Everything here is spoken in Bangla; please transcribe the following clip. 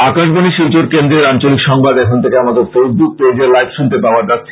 আকাশবাণী শিলচর কেন্দ্রের আঞ্চলিক সংবাদ এখন থেকে আমাদের ফেইসবুক পেজে লাইভ শুনতে পাওয়া যাচ্ছে